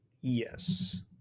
Yes